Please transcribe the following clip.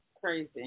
crazy